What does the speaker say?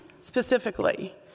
specifically